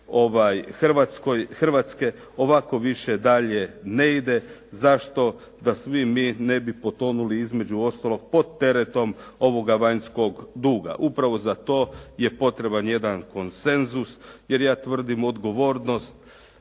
Hrvatske, ovako više dalje ne ide. Zašto da svi mi ne bi potonuli između ostalog pod teretom ovoga vanjskog duga. Upravo za to je potreban jedan konsenzus jer ja tvrdim odgovornost